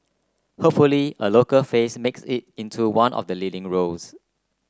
hopefully a local face makes it into one of the leading roles